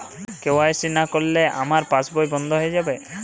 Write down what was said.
KYC না করলে কি আমার পাশ বই বন্ধ হয়ে যাবে?